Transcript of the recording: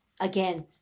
again